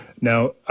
Now